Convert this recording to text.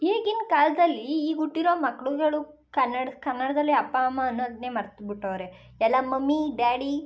ಈಗಿನ ಕಾಲದಲ್ಲಿ ಈಗ ಹುಟ್ಟಿರೋ ಮಕ್ಕಳುಗಳು ಕನ್ನಡ್ದ ಕನ್ನಡದಲ್ಲಿ ಅಪ್ಪ ಅಮ್ಮ ಅನ್ನೋದನ್ನೇ ಮರ್ತು ಬಿಟ್ಟವ್ರೆ ಎಲ್ಲ ಮಮ್ಮೀ ಡ್ಯಾಡೀ